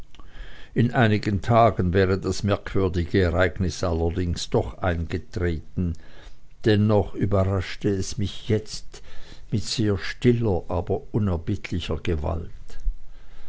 in einigen tagen wäre das merkwürdige ereignis allerdings doch eingetreten dennoch überraschte es mich jetzt mit sehr stiller aber unerbittlicher gewalt